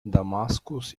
damaskus